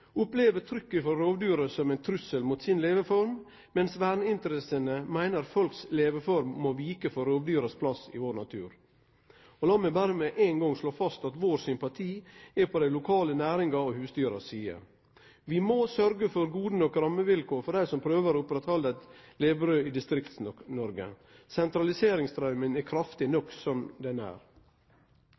opplever trykket frå rovdyra som ein trussel mot si leveform, mens verneinteressene meiner folks leveform må vike for rovdyra sin plass i naturen. Lat meg berre med ein gong slå fast at sympatien vår er på den lokale næringa og husdyra si side. Vi må sørgje for gode nok rammevilkår for dei som prøver å oppretthalde eit levebrød i Distrikts-Noreg. Sentraliseringsstraumen er kraftig nok som den er.